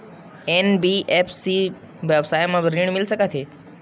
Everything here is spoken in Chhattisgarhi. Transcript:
एन.बी.एफ.सी व्यवसाय मा ऋण मिल सकत हे